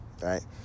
right